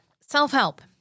self-help